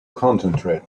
concentrate